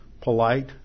polite